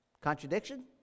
Contradiction